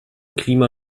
klima